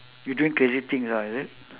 you doing crazy things ah is it